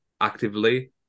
actively